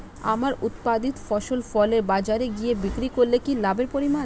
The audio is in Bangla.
আমার উৎপাদিত ফসল ফলে বাজারে গিয়ে বিক্রি করলে কি লাভের পরিমাণ?